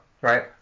right